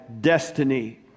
destiny